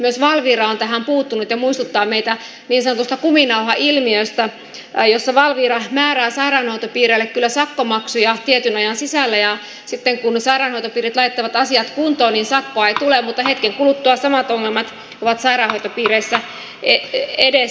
myös valvira on tähän puuttunut ja muistuttaa meitä niin sanotusta kuminauhailmiöstä jossa valvira määrää sairaanhoitopiireille kyllä sakkomaksuja tietyn ajan sisällä ja sitten kun sairaanhoitopiirit laittavat asiat kuntoon niin sakkoa ei tule mutta hetken kuluttua samat ongelmat ovat sairaanhoitopiireissä edessä